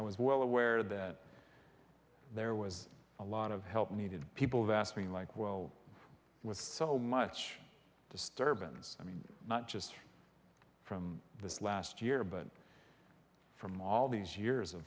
i was well aware that there was a lot of help needed people vast mean like well with so much disturbance i mean not just from this last year but from all these years of